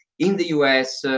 in the u s,